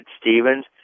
Stevens